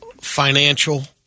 financial